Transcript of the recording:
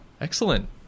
Excellent